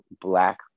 black